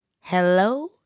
hello